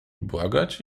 błagać